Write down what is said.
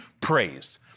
praised